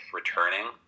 returning